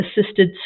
assisted